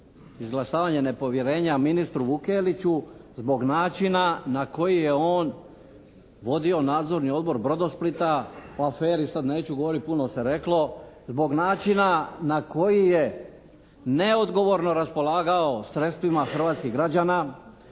izglasavanje nepovjerenja ministru Vukeliću zbog načina na koji je on vodio nadzorni odbor “Brodosplita“, o aferi sad neću govoriti, puno se reklo, zbog načina na koji je neodgovorno raspolagao sredstvima hrvatskih građana